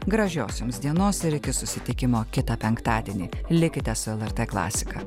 gražios jums dienos ir iki susitikimo kitą penktadienį likite su lrt klasika